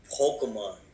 Pokemon